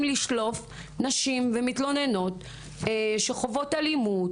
לשלוף נשים ומתלוננות שחוות אלימות,